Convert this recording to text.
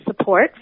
support